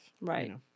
Right